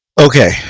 Okay